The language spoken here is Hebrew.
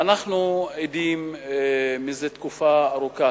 אנחנו עדים זה תקופה ארוכה,